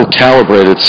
calibrated